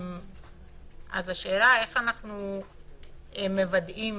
השאלה איך אנחנו מוודאים